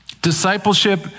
Discipleship